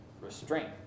Restraint